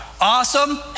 Awesome